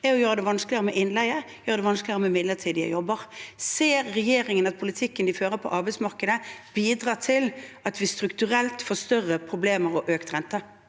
er å gjøre det vanskeligere med innleie og midlertidige jobber. Ser regjeringen at politikken de fører på arbeidsmarkedet, bidrar til at vi strukturelt får større problemer og økt rente?